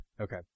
Okay